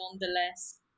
nonetheless